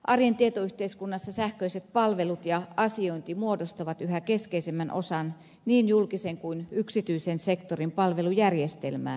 arjen tietoyhteiskunnassa sähköiset palvelut ja asiointi muodostavat yhä keskeisemmän osan niin julkisen kuin yksityisen sektorin palvelujärjestelmään